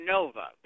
Nova